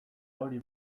hori